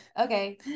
okay